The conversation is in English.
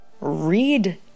read